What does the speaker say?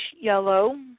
yellow